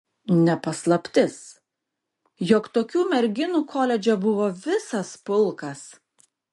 ne paslaptis jog tokių merginų koledže buvo visas pulkas